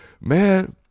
man